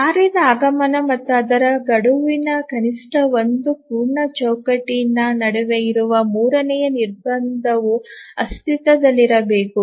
ಕಾರ್ಯದ ಆಗಮನ ಮತ್ತು ಅದರ ಗಡುವು ಕನಿಷ್ಠ ಒಂದು ಪೂರ್ಣ ಚೌಕಟ್ಟಿನ ನಡುವೆ ಇರುವ ಮೂರನೆಯ ನಿರ್ಬಂಧವು ಅಸ್ತಿತ್ವದಲ್ಲಿರಬೇಕು